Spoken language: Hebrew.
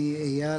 אני אייל,